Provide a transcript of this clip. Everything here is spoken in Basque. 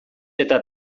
eta